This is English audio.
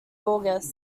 august